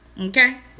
Okay